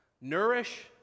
nourish